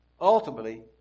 ultimately